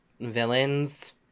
villains